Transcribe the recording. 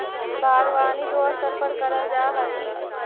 बागवानी दो स्तर पर करल जा हई